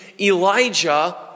Elijah